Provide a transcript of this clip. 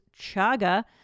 chaga